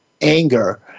anger